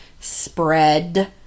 spread